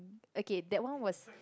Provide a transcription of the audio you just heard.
okay that one was